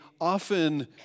often